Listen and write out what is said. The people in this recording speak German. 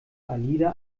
alida